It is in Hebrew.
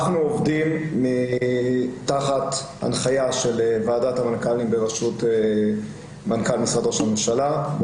אנחנו עובדים תחת הנחיה של ועדת המנכ"לים בראשות מנכ"ל משרד ראש הממשלה,